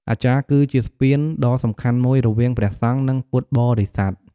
អាចារ្យគឺជាស្ពានដ៏សំខាន់មួយរវាងព្រះសង្ឃ និងពុទ្ធបរិស័ទ។